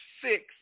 six